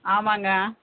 ஆமாங்க